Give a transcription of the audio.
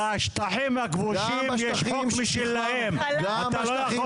הרשימה הערבית המאוחדת): -- אתה לא יכול